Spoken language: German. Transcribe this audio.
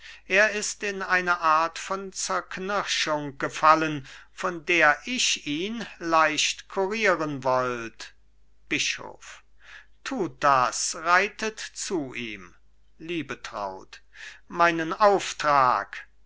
er ist in eine art von zerknirschung gefallen von der ich ihn leicht kurieren wollt bischof tut das reitet zu ihm liebetraut meinen auftrag